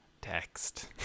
text